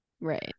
right